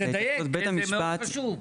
תדייק, זה מאוד חשוב.